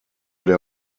der